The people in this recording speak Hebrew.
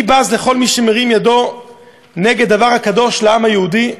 אני בז לכל מי שמרים ידו נגד דבר הקדוש לעם היהודי.